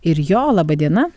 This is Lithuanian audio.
ir jo laba diena